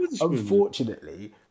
Unfortunately